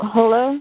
Hello